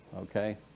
okay